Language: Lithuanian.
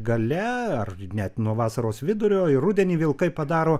gale ar net nuo vasaros vidurio ir rudenį vilkai padaro